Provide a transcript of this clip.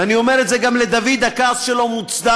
ואני אומר את זה גם לדוד, הכעס שלו מוצדק,